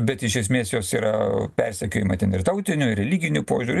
bet iš esmės jos yra persekiojama ten ir tautiniu ir religiniu požiūriu